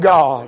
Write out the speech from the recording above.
God